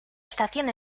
estación